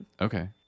Okay